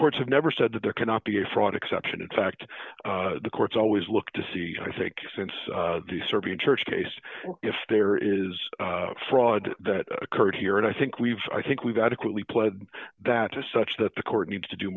courts have never said that there cannot be a fraud exception in fact the courts always look to see i think since the serbian church case if there is fraud that occurred here and i think we've i think we've adequately pled that to such that the court needs to do